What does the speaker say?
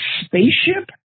spaceship